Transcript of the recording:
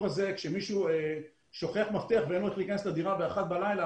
כשמישהו שוכח מפתח ואין לו איך להיכנס לדירה ב-01:00 בלילה,